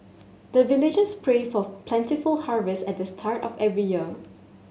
the villagers pray for plentiful harvest at the start of every year